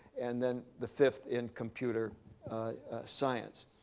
and then the fifth in computer science.